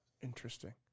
interesting